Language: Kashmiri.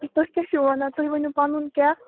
تۄہہِ کیٛاہ چھُو وَنان تُہۍ ؤنِو پنُن کیٛاہ